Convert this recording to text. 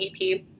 EP